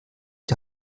die